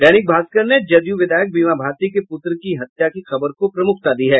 दैनिक भास्कर ने जदयू विधायक बीमा भारती के पुत्र के हत्या की खबर को प्रमुखता दी है